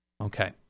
okay